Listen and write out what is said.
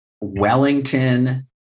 Wellington